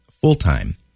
full-time